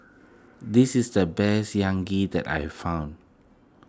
this is the best that I find